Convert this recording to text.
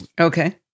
Okay